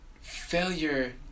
failure